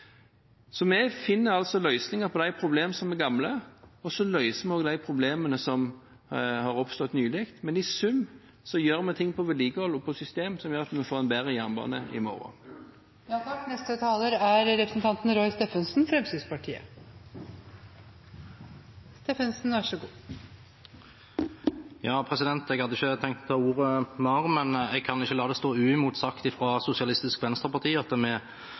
så løser vi også de problemene som har oppstått nylig, men i sum gjør vi noe med vedlikehold og system som gjør at vi får en bedre jernbane i morgen. Jeg hadde ikke tenkt å ta ordet mer, men jeg kan ikke la det stå uimotsagt fra Sosialistisk Venstreparti at